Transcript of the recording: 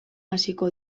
hasiko